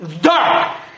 dark